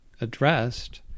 addressed